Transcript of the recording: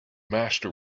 master